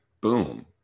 boom